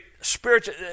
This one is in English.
spiritual